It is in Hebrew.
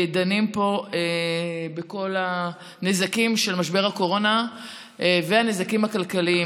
דנים פה בכל הנזקים של משבר הקורונה והנזקים הכלכליים.